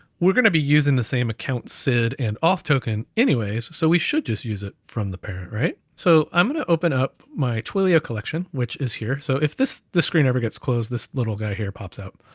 we're gonna be using the same account sid, and auth token anyways, so we should just use it from the parent, right? so i'm gonna open up my twilio collection, which is here. so if the screen ever gets closed, this little guy here pops out.